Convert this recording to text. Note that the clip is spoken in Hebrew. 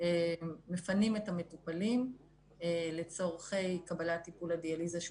אנחנו מפנים את המטופלים לצורכי קבלת טיפול הדיאליזה,